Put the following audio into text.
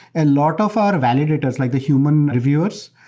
and lot of our validators, like the human reviewers,